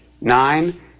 nine